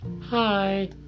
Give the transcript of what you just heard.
Hi